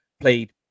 played